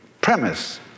premise